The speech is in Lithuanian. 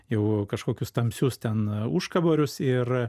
jau kažkokius tamsius ten užkaborius ir